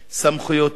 סמכויותיו,